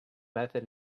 method